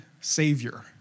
Savior